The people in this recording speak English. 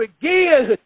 begin